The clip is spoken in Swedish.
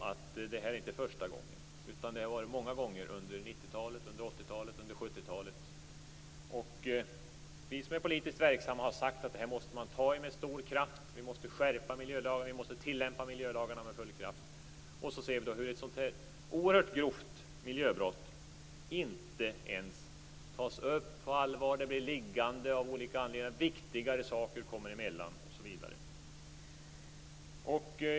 Det här är ju inte första gången, utan detta har hänt många gånger under 90-talet, 80-talet och 70 talet. Vi som är politiskt verksamma har sagt att vi med stor kraft måste åtgärda det här, att vi måste skärpa miljölagarna och tillämpa dem med full kraft. Sedan ser vi hur ett sådant oerhört grovt miljöbrott inte ens tas upp på allvar. Det blir av olika anledningar liggande, viktigare saker kommer emellan, osv.